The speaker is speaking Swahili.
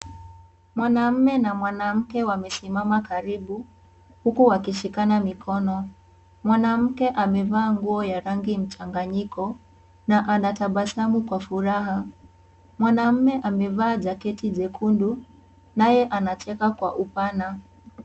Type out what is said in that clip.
Mwanaume na mwanamke wamesimama karibu huku wakishikana mikono mwanamke amevaa nguo ya rangi mchanganyiko na anatabasamu kwa furaha mwanaume amevaa jaketi jekundu naye anacheka kwa upana.